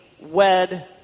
wed